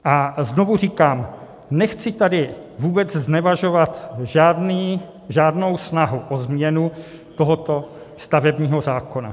A znovu říkám, nechci tady vůbec znevažovat žádnou snahu o změnu tohoto stavebního zákona.